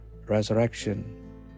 resurrection